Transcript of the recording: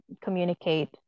communicate